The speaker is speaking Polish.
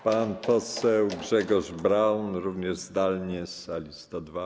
Pan poseł Grzegorz Braun, również zdalnie z sali 102.